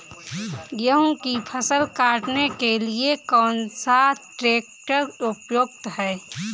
गेहूँ की फसल काटने के लिए कौन सा ट्रैक्टर उपयुक्त है?